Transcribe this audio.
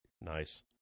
Nice